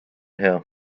hea